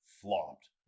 flopped